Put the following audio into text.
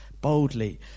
boldly